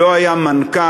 לא היה מנכ"ל,